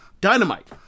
Dynamite